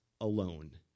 alone